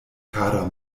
kara